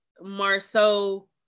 Marceau